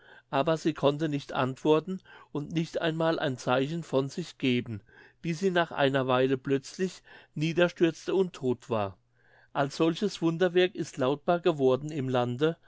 aber sie konnte nicht antworten und nicht einmal ein zeichen von sich geben bis sie nach einer weile plötzlich niederstürzte und todt war als solches wunderwerk ist lautbar geworden im lande